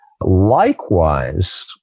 Likewise